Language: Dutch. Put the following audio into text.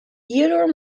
hierdoor